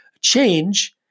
change